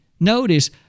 Notice